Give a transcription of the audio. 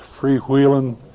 freewheeling